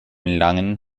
langen